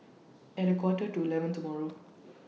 At Quarter to eleven tomorrow